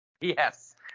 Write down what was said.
Yes